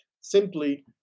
simply